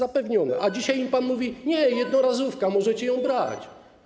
A dzisiaj pan im mówi: nie, jednorazówka, możecie ją brać.